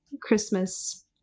Christmas